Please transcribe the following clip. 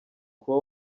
kuba